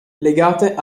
legate